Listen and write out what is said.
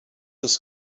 ist